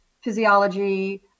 physiology